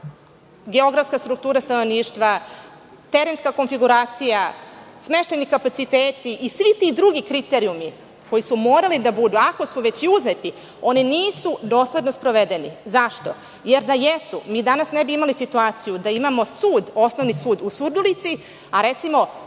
geografska struktura stanovništva, terenska konfiguracija, smeštajni kapaciteti i svi ti drugi kriterijumi koji su morali da budu. Ako su već i uzeti, oni nisu dosledno sprovedeni. Zašto? Da jesu, mi danas ne bismo imali situaciju da imamo Osnovni sud u Surdulici, a recimo